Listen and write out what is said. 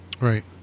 Right